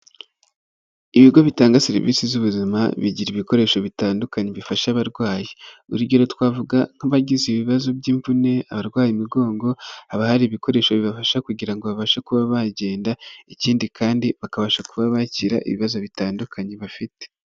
Ibigo bitanga serivisi z'ubuzima, bigira ibikoresho bitandukanye bifasha abarwayi, urugero twavuga nk'abagize ibibazo by'imvune, abarwaye imigongo, haba hari ibikoresho bibafasha kugira ngo babashe kuba bagenda, ikindi kandi bakabasha kuba bakira ibibazo bitandukanye bafite.